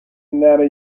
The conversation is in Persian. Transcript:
نره